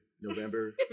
November